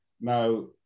Now